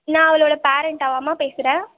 நான் அவளோட பேரண்ட் அவ அம்மா பேசுகிறேன்